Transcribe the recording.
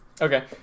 Okay